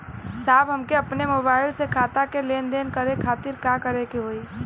साहब हमके अपने मोबाइल से खाता के लेनदेन करे खातिर का करे के होई?